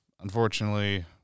unfortunately